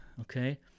okay